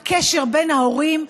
הקשר בין ההורים,